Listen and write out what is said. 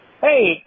Hey